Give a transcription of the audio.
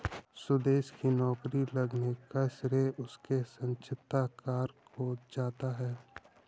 सुदेश की नौकरी लगने का श्रेय उसके साक्षात्कार को जाता है